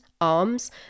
arms